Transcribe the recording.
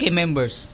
members